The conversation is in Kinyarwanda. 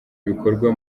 ibikorwa